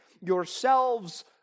yourselves